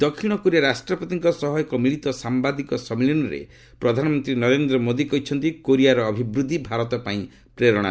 ଦକ୍ଷିଣ କୋରିଆ ରାଷ୍ଟ୍ରପତିଙ୍କ ସହ ଏକ ମିଳିତ ସାମ୍ଭାଦିକ ସମ୍ମିଳନୀରେ ପ୍ରଧାନମନ୍ତ୍ରୀ ନରେନ୍ଦ୍ର ମୋଦି କହିଛନ୍ତି କୋରିଆର ଅଭିବୃଦ୍ଧି ଭାରତ ପାଇଁ ପ୍ରେରଣା